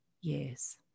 years